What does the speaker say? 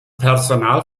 personal